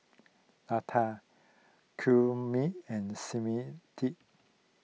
Lata Gurmeet and Smriti